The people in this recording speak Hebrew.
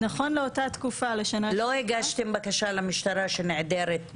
לא הגשתם בקשה למשטרה שנעדרת רופאה?